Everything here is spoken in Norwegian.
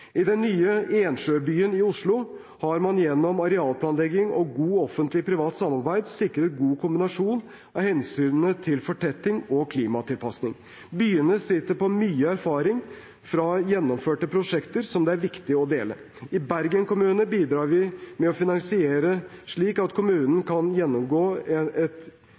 I den nye Ensjøbyen i Oslo har man gjennom arealplanlegging og godt offentlig–privat samarbeid sikret en god kombinasjon av hensynet til fortetting og klimatilpasning. Byene sitter på mye erfaring fra gjennomførte prosjekter, som det er viktig å dele. I Bergen kommune bidrar vi med finansiering, slik at kommunen kan gjennomgå et